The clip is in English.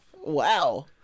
Wow